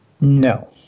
No